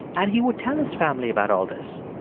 and he would tell his family about all this.